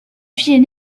fille